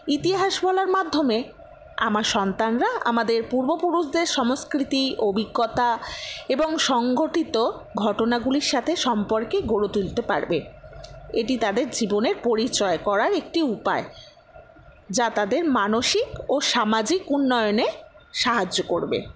ইতিহাস বলার মাধ্যমে আমার সন্তানরা আমাদের পূর্ব পুরুষদের সংস্কৃতি অভিজ্ঞতা এবং সংঘটিত ঘটনাগুলির সাথে সম্পর্কে গড়ে তুলতে পারবে এটি তাদের জীবনের পরিচয় করার একটি উপায় যা তাদের মানসিক ও সামাজিক উন্নয়নে সাহায্য করবে